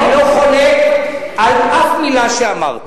חבר הכנסת וקנין, אני לא חולק על אף מלה שאמרת.